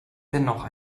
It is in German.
dennoch